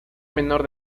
menor